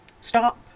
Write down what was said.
Stop